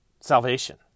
salvation